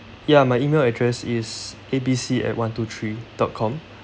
ya my email address is A B C at one two three dot com